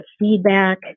feedback